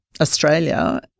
Australia